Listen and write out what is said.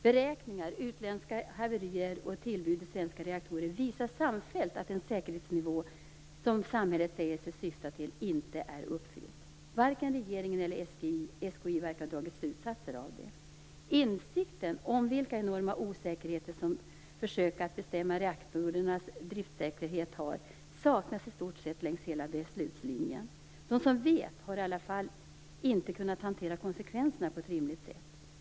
Beräkningar, utländska haverier och tillbud i svenska reaktorer visar samfällt att den säkerhetsnivå som samhället säger sig syfta till inte är uppnådd. Varken regeringen eller SKI verkar har dragit några slutsatser av det. Insikt om vilka enorma osäkerheter som försök att bestämma reaktorernas driftsäkerhet har saknas i stort sett längs hela beslutslinjen. De som vet har i varje fall inte kunnat hantera konsekvenserna på ett rimligt sätt.